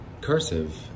Cursive